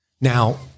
Now